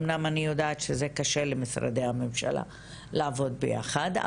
אמנם אני יודעת שזה קשה למשרדי הממשלה לעבוד ביחד,